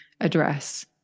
address